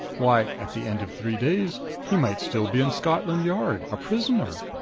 why, at the end of three days he might still be in scotland yard, a prisoner!